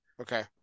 Okay